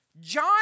John